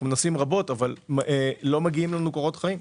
אנחנו מנסים רבות אבל לא מגיעים אלינו קורות חיים.